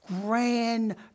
grand